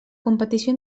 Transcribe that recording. competició